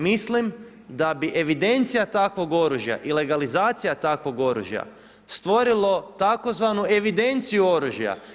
Mislim da bi evidencija takvog oružja i legalizacija takvog oružja stvorilo tzv. evidenciju oružja.